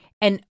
And-